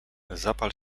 zapal